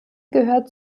gehörte